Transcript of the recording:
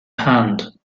hand